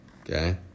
Okay